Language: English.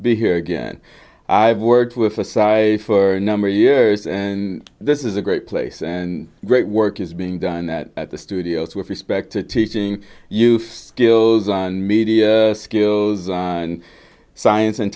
be here again i've worked with for size for a number of years and this is a great place and great work is being done that at the studios with respect to teaching use gill's and media skills and science and